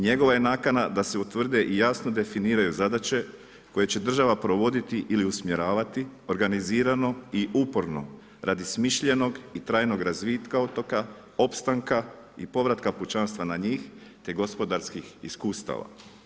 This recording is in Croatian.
Njegova je nakana da se utvrde i jasno definiraju zadaće koje će država provoditi ili usmjeravati organizirano i uporno radi smišljenog i trajnog razvitka otoka, opstanka i povratka kućanstva na njih te gospodarskih iskustava.